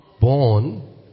born